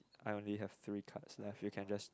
I only have three task left you can just